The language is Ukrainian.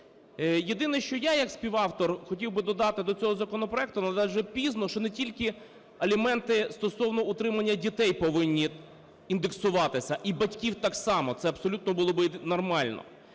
Єдине, що я як співавтор хотів би додати до цього законопроекту, але, на жаль, вже пізно, що не тільки аліменти стосовно утримання дітей повинні індексуватися, і батьків так само, це абсолютно було би нормально.